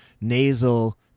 nasal